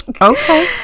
Okay